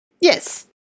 Yes